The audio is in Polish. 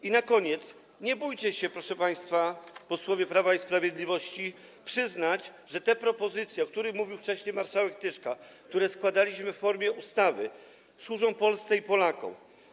I na koniec: nie bójcie się przyznać, proszę państwa, posłowie Prawa i Sprawiedliwości, że propozycje, o których mówił wcześniej marszałek Tyszka, które składaliśmy w formie ustawy, służą Polsce i Polakom.